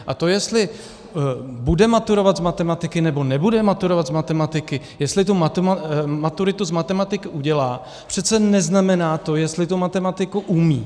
A to, jestli bude maturovat z matematiky, nebo nebude maturovat z matematiky, jestli tu maturitu z matematiky udělá, přece neznamená to, jestli tu matematiku umí.